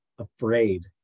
afraid